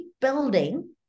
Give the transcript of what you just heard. building